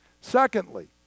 Secondly